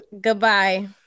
Goodbye